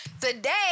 today